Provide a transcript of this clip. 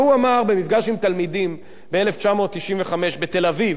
והוא אמר במפגש עם תלמידים ב-1995 בתל-אביב: